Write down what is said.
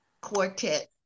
quartet